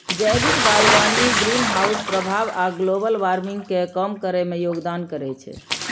जैविक बागवानी ग्रीनहाउस प्रभाव आ ग्लोबल वार्मिंग कें कम करै मे योगदान करै छै